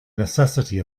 necessity